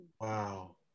Wow